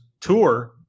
tour